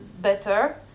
better